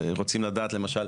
לא, אצל המנהל.